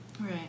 Right